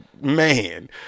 man